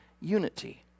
unity